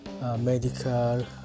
medical